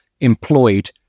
employed